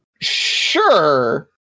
Sure